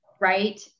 right